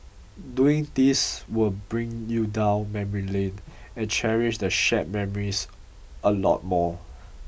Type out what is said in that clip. doing this will bring you down memory lane and cherish the shared memories a lot more